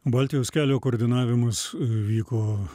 baltijos kelio koordinavimas vyko